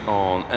on